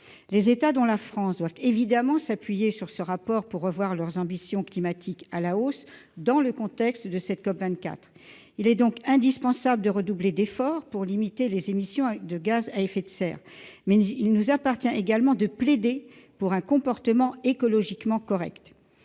Les États, dont la France, doivent évidemment s'appuyer sur ce rapport pour revoir leurs ambitions climatiques à la hausse, dans le contexte de la COP24. S'il est indispensable de redoubler d'efforts pour limiter les émissions de gaz à effet de serre, il nous appartient également de plaider pour un comportement écologiquement correct.